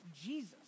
Jesus